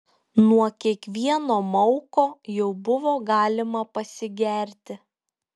nuo kiekvieno mauko jau buvo galima pasigerti